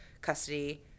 custody